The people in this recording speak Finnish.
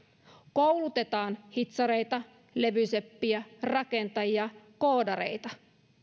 koulutetaan hitsareita levyseppiä rakentajia koodareita